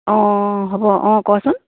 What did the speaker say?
অ' হ'ব অ' ক'চোন